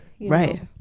right